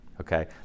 okay